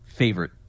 favorite